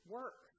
work